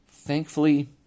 Thankfully